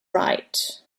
right